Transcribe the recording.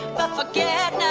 got forget